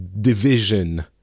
division